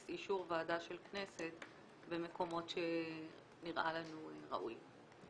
אישור ועדה של הכנסת במקומות שנראה לנו ראוי.